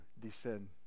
descend